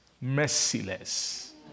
merciless